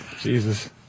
jesus